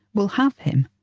we'll have him.